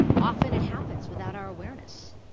often it happens without our awareness.